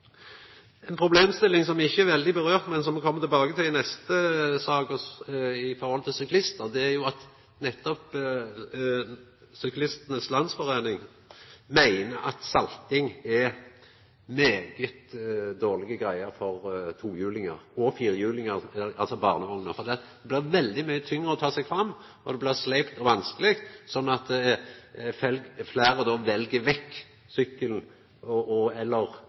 Ei problemstilling som ikkje er teken opp, men som vi kjem tilbake til i neste sak om syklistar, er nettopp at Syklistenes Landsforening meiner at salting er svært dårlege greier for tohjulingar og firhjulingar, som barnevogner. Det blir veldig mykje tyngre å ta seg fram, det blir sleipt og vanskeleg, slik at fleire vel vekk sykkelen eller